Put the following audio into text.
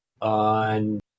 on